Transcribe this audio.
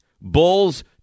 Bulls